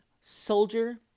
soldier